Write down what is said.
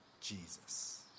Jesus